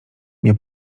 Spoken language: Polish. nie